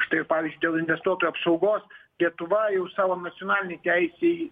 štai pavyzdžiui dėl investuotojų apsaugos lietuva jau savo nacionalinėj teisėj